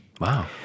Wow